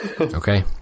Okay